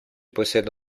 possède